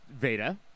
veda